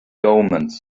omens